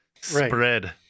spread